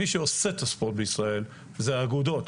מי שעושה את הספורט בישראל זה האגודות,